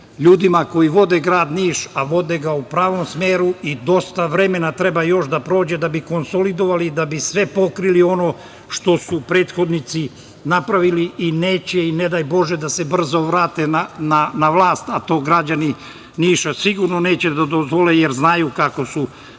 ljudima koji vode grad Niš, a vode ga u pravom smeru i dosta vremena treba još da prođe da bi konsolidovali da bi sve pokrili i ono što su prethodnici napravili i neće i ne daj Bože da se brzo vrate na vlast, a to građani Niša sigurno neće dozvoliti, jer znaju kako su prošli